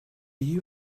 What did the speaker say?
you